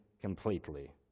completely